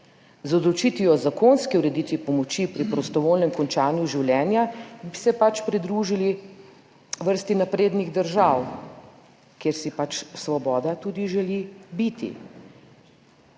Z odločitvijo o zakonski ureditvi pomoči pri prostovoljnem končanju življenja bi se pač pridružili vrsti naprednih držav, kjer si svoboda tudi želi biti.